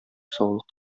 саулык